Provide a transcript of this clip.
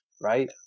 right